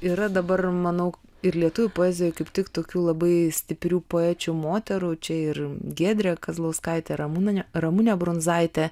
yra dabar manau ir lietuvių poezijoj kaip tik tokių labai stiprių poečių moterų čia ir giedrė kazlauskaitė ramunė ramunė brundzaitė